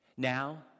Now